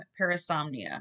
parasomnia